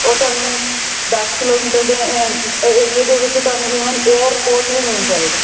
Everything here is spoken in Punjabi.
ਉਹ ਤੁਹਾਨੂੰ ਦਸ ਕਿਲੋਮੀਟਰ ਦੇ ਏਰੀਏ ਦੇ ਵਿੱਚ ਤੁਹਾਨੂੰ ਈਵਨ ਏਅਰਪੋਰਟ ਵੀ ਮਿਲ ਜਾਏਗਾ